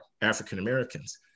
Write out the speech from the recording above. African-Americans